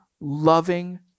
loving